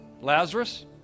Lazarus